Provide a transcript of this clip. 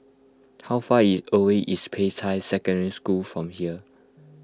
how far away is Peicai Secondary School from here